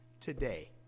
today